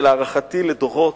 ולהערכתי לדורות,